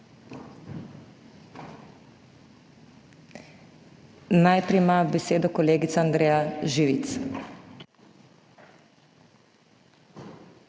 Najprej ima besedo kolegica Andreja Živic.